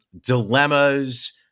dilemmas